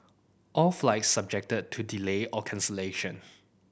all flights subject to delay or cancellation